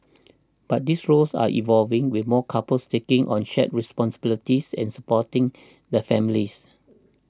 but these roles are evolving with more couples taking on shared responsibilities in supporting the families